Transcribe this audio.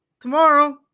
tomorrow